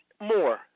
more